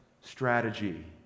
strategy